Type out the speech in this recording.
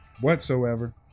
whatsoever